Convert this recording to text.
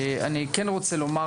אני כן רוצה לומר